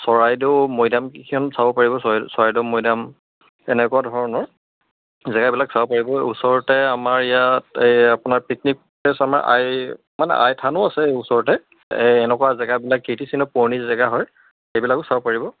চৰাইদেউ মৈদাম কিখন চাব পাৰিব চৰাইদেউ মৈদাম এনেকুৱা ধৰণৰ জেগাবিলাক চাব পাৰিব ওচৰতে আমাৰ ইয়াত এই আপোনাৰ পিকনিক প্লেচ আমাৰ আই মানে আই থানো আছে এই ওচৰতে এই এনেকুৱা জেগাবিলাক কিৰ্তীচিহ্ন পুৰণি জেগা হয় সেইবিলাকো চাব পাৰিব